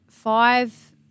five